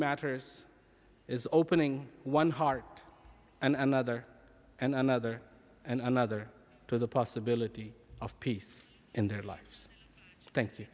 matters is opening one heart and another and another and another to the possibility of peace in their lives thank you